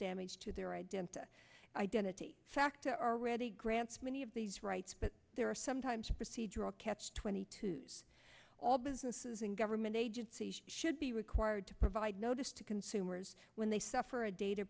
damage to their identity identity factor are already grants many of these rights but there are sometimes procedural catch twenty two all businesses and government agencies should be required to provide notice to consumers when they suffer a da